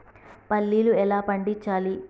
పల్లీలు ఎలా పండించాలి?